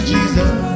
Jesus